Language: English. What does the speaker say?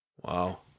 Wow